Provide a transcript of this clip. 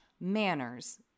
manners